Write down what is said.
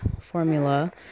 formula